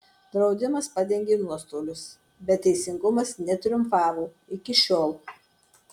draudimas padengė nuostolius bet teisingumas netriumfavo iki šiol